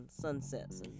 sunsets